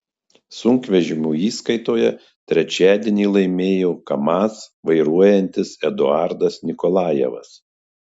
sunkvežimių įskaitoje trečiadienį laimėjo kamaz vairuojantis eduardas nikolajevas